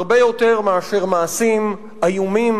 הרבה יותר מאשר מעשים איומים,